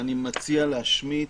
אני מציע להשמיט